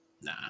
nah